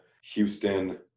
Houston